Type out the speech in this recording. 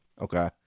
Okay